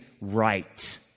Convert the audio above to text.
right